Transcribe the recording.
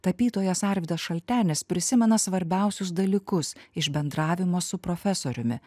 tapytojas arvydas šaltenis prisimena svarbiausius dalykus iš bendravimo su profesoriumi